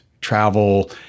travel